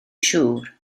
siŵr